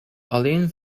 alleen